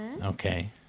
Okay